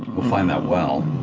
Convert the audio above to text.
we'll find that well.